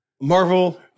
Marvel